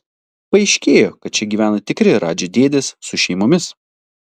paaiškėjo kad čia gyvena tikri radži dėdės su šeimomis